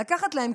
לקחת להם,